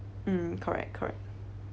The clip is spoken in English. mm correct correct